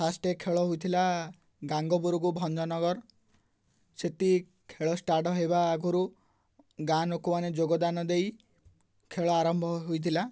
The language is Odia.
ଫାଷ୍ଟ ଖେଳ ହୋଇଥିଲା ଗାଙ୍ଗପରୁକୁ ଭଞ୍ଜନଗର ସେଠି ଖେଳ ଷ୍ଟାର୍ଟ ହେବା ଆଗରୁ ଗାଁ ଲୋକମାନେ ଯୋଗଦାନ ଦେଇ ଖେଳ ଆରମ୍ଭ ହୋଇଥିଲା